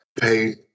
pay